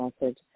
message